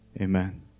amen